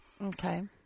okay